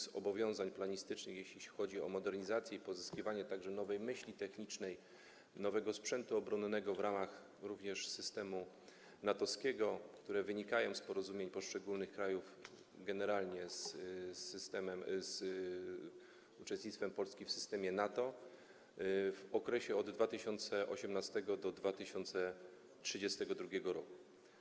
zobowiązań planistycznych, jeśli chodzi o modernizację i pozyskiwanie nowej myśli technicznej, nowego sprzętu obronnego w ramach również systemu natowskiego, które wynikają z porozumień poszczególnych krajów, generalnie z uczestnictwa Polski w systemie NATO, w okresie od 2018 r. do 2032 r.